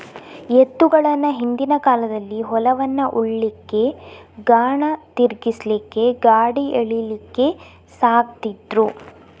ಎತ್ತುಗಳನ್ನ ಹಿಂದಿನ ಕಾಲದಲ್ಲಿ ಹೊಲವನ್ನ ಉಳ್ಲಿಕ್ಕೆ, ಗಾಣ ತಿರ್ಗಿಸ್ಲಿಕ್ಕೆ, ಗಾಡಿ ಎಳೀಲಿಕ್ಕೆ ಸಾಕ್ತಿದ್ರು